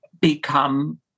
become